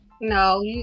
No